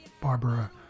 Barbara